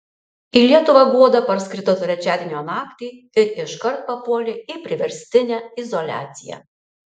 į lietuvą guoda parskrido trečiadienio naktį ir iškart papuolė į priverstinę izoliaciją